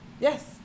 Yes